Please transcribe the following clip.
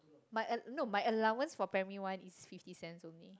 my uh no my allowance for primary one is fifty cents only